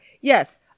Yes